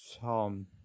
Tom